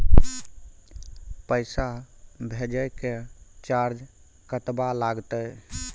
पैसा भेजय के चार्ज कतबा लागते?